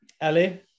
Ellie